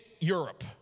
Europe